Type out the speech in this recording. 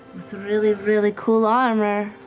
with really, really cool armor.